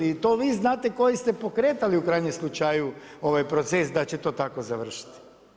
I to vi znate koji ste pokretali u krajnjem slučaju ovaj proces da će to tako završiti.